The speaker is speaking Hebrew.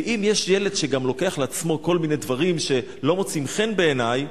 ואם יש ילד שגם לוקח לעצמו כל מיני דברים שלא מוצאים חן בעיני,